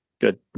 Good